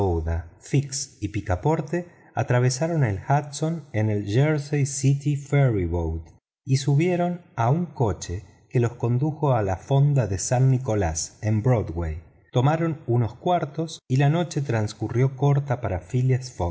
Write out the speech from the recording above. y picaporte atravesaron el hudson en el jersey city ferry boat y subieron a un coche que los condujo al hotel san nicolás en broadway tomaron unas habitaciuones y la noche transcurrió corta para